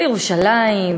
בירושלים,